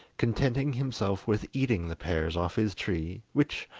contenting himself with eating the pears off his tree, which,